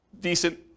decent